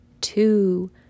two